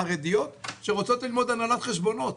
חרדיות שרוצות ללמוד הנהלת חשבונות,